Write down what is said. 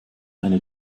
eine